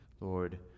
Lord